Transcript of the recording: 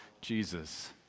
Jesus